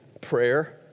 prayer